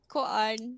Koan